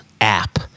app